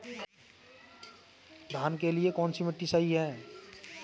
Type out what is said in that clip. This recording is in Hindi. धान के लिए कौन सी मिट्टी सही है?